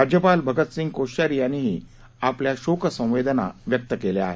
राज्यपाल भगतसिंग कोश्यारी यांनीही आपल्या शोक संवेदना व्यक्त केल्या आहेत